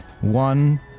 One